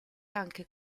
anche